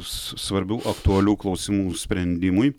s svarbių aktualių klausimų sprendimui